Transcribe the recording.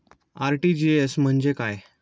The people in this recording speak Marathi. आर.टी.जी.एस म्हणजे काय?